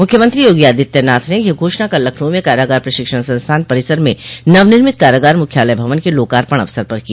मुख्यमंत्री योगी आदित्यनाथ ने यह घोषणा कल लखनऊ में कारागार प्रशिक्षण संस्थान परिसर में नवनिर्मित कारागार मुख्यालय भवन के लोकार्पण अवसर पर की